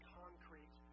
concrete